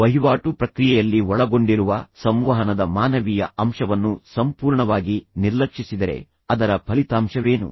ವಹಿವಾಟು ಪ್ರಕ್ರಿಯೆಯಲ್ಲಿ ಒಳಗೊಂಡಿರುವ ಸಂವಹನದ ಮಾನವೀಯ ಅಂಶವನ್ನು ಸಂಪೂರ್ಣವಾಗಿ ನಿರ್ಲಕ್ಷಿಸಿದರೆ ಅದರ ಫಲಿತಾಂಶವೇನು